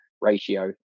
ratio